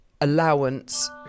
allowance